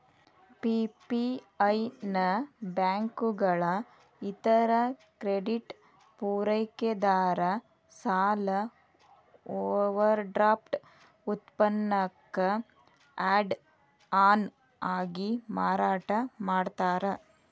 PPI ನ ಬ್ಯಾಂಕುಗಳ ಇತರ ಕ್ರೆಡಿಟ್ ಪೂರೈಕೆದಾರ ಸಾಲ ಓವರ್ಡ್ರಾಫ್ಟ್ ಉತ್ಪನ್ನಕ್ಕ ಆಡ್ ಆನ್ ಆಗಿ ಮಾರಾಟ ಮಾಡ್ತಾರ